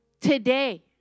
Today